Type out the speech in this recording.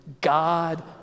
God